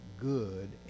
good